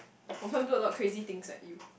confirm do a lot crazy things like you